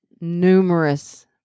numerous